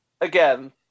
again